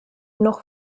noch